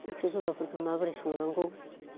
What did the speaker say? ओंख्रि गोबाबफोरखौ माबोरै संनांगौ